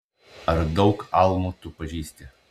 ar daug almų tu pažįsti